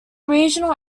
regional